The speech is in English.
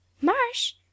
Marsh